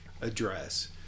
address